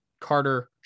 carter